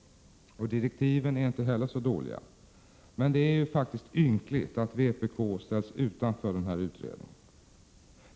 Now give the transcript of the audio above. Direktiven är inte heller så dåliga. Men det är faktiskt ynkligt att vpk ställs utanför utredningen.